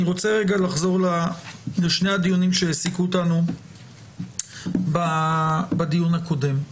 אני רוצה רגע לחזור לשני הדיונים שהעסיקו אותנו בדיון הקודם.